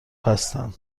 هستن